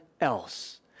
else